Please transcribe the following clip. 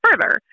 further